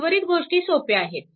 उर्वरित गोष्टी सोप्या आहेत